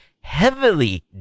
heavily